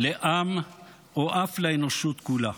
לעם או אף לאנושות כולה.